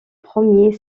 premier